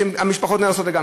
כשהמשפחות נהרסות לגמרי?